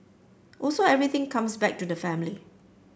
also everything comes back to the family